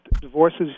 divorces